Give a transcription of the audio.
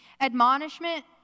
Admonishment